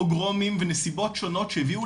פוגרומים ונסיבות שנונות שהביאו